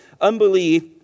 unbelief